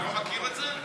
אתה לא מכיר את זה?